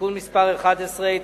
(תיקון מס' 11),